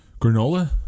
Granola